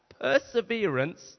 perseverance